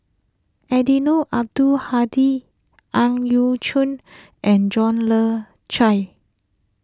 Eddino Abdul Hadi Ang Yau Choon and John Le Cain